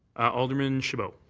alderman chabot.